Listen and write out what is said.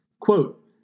quote